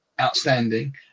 outstanding